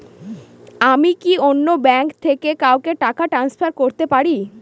আমি কি অন্য ব্যাঙ্ক থেকে কাউকে টাকা ট্রান্সফার করতে পারি?